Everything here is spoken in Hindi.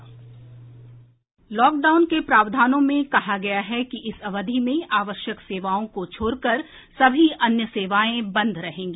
बाईट लॉकडाउन के प्रावधानों में कहा गया है कि इस अवधि में आवश्यक सेवाओं को छोड़कर सभी अन्य सेवाएं बंद रहेंगी